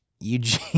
Eugene